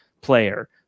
player